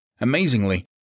Amazingly